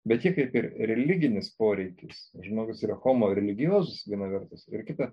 bet ji kaip ir religinis poreikis žmogus yra homo religijozus viena vertus ir kita